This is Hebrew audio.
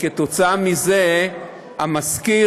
וכתוצאה מזה המשכיר,